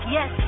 Yes